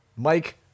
mike